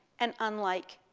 and unlike,